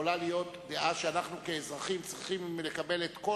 יכולה להיות דעה שאנחנו כאזרחים צריכים לקבל את כל